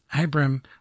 Abram